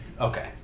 okay